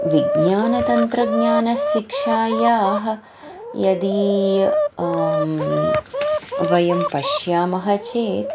विज्ञानतन्त्रज्ञानशिक्षायाः यदि वयं पश्यामः चेत्